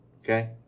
Okay